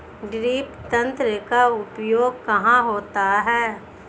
Drip तंत्र का उपयोग कहाँ होता है?